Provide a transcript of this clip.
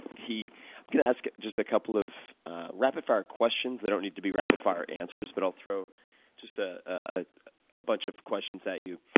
going to ask just a couple of rapid-fire questions. they don't need to be rapid-fire answers, but i'll throw just ah ah a bunch of questions at you.